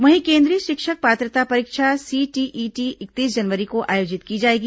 वहीं केंद्रीय शिक्षक पात्रता परीक्षा सीटीईटी इकतीस जनवरी को आयोजित की जाएगी